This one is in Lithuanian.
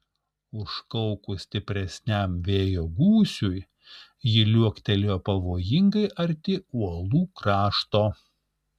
užkaukus stipresniam vėjo gūsiui ji liuokteli pavojingai arti uolų krašto